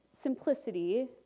simplicity